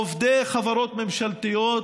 עובדי חברות ממשלתיות,